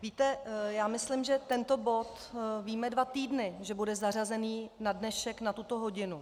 Víte, já myslím, že tento bod víme dva týdny, že bude zařazený na dnešek na tuto hodinu.